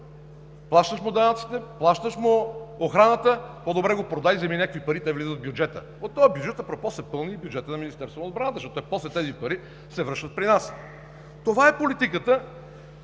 Плащаш му данъците, плащаш му охраната, по-добре го продай, вземи някакви пари, те влизат в бюджета. От този бюджет апропо се пълни бюджетът на Министерството на отбраната, защото после тези пари се връщат при нас. Това е политиката